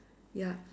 ya